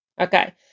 Okay